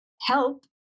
help